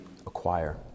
acquire